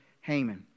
Haman